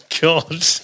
God